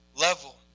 level